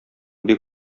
бик